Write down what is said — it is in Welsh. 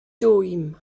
dwym